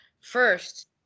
first